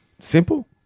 simple